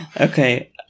Okay